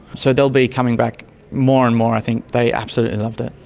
so they'll be coming back more and more i think, they absolutely loved it.